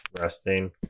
resting